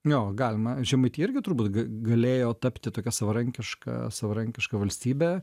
jo galima žemaitija irgi turbūt g galėjo tapti tokia savarankiška savarankiška valstybe